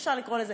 אפשר לקרוא לזה,